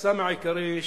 החסם העיקרי,